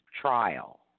trial